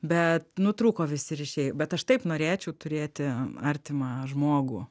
bet nutrūko visi ryšiai bet aš taip norėčiau turėti artimą žmogų